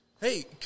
hey